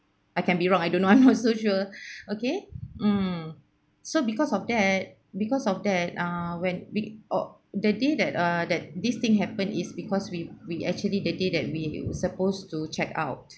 I can be wrong I don't know I'm not so sure okay mm so because of that because of that ah when we or that day that uh that this thing happened is because we we actually that day that we supposed to check out